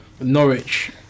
Norwich